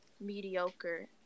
mediocre